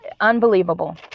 unbelievable